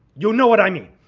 you know what i mean.